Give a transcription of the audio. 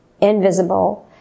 invisible